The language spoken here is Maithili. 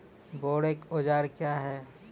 बोरेक औजार क्या हैं?